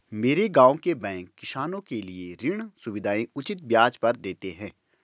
मेरे गांव के बैंक किसानों के लिए ऋण सुविधाएं उचित ब्याज पर देते हैं